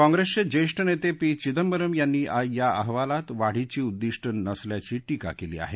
काँग्रिसचे ज्येष्ठ नेते पी चिदंबरम यांनी या अहवालात वाढीची उद्दिष्ट नसल्याची टीका केली आहे